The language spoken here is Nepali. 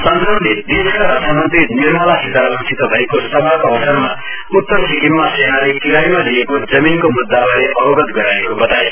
सांसदले देशका रक्षामन्त्री निर्मला सितारमणसित भएको सभाको अवसरमा उत्तर सिक्किम सेनाले किरायमा लिएको जमीनको मुद्दाबारे अवगत गराएको बताए